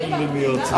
הייתי במליאה.